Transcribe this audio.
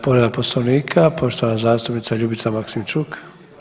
Povreda Poslovnika, poštovana zastupnica Ljubica Maksimčuk.